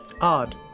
Odd